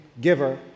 giver